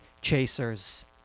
Chasers